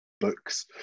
books